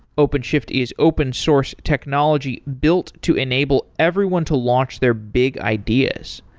openshift is open source technology built to enable everyone to launch their big ideas.